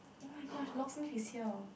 oh my gosh locksmith is here